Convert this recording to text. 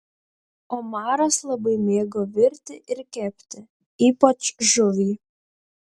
omaras labai mėgo virti ir kepti ypač žuvį